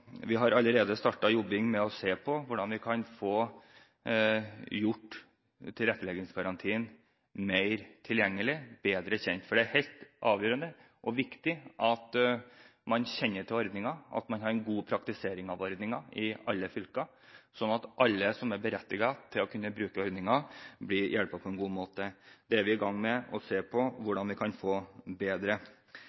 Vi har allerede startet jobbing med å se på hvordan vi kan få gjort tilretteleggingsgarantien mer tilgjengelig og bedre kjent, for det er helt avgjørende og viktig at man kjenner til ordningen og har god praktisering av den i alle fylker, sånn at alle som er berettiget til å kunne bruke ordningen, blir hjulpet på en god måte. Vi er i gang med å se på